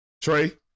Trey